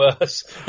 worse